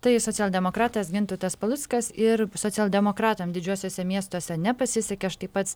tai socialdemokratas gintautas paluckas ir socialdemokratam didžiuosiuose miestuose nepasisekė štai pats